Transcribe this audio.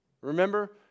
Remember